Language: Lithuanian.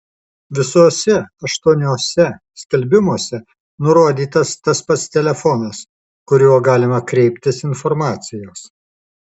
visuose aštuoniuose skelbimuose nurodytas tas pats telefonas kuriuo galima kreiptis informacijos